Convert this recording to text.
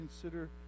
consider